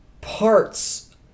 parts